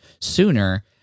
sooner